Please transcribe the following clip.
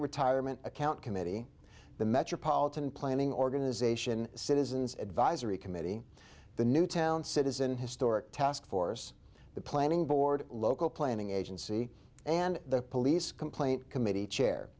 retirement account committee the metropolitan planning organization citizens advisory committee the newtown citizen historic taskforce the planning board local planning agency and the police complaint committee chair